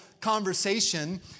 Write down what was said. conversation